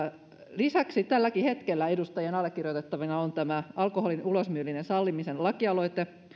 lisäksi tälläkin hetkellä edustajien allekirjoitettavana on tämä alkoholin ulosmyynnin sallimisen lakialoite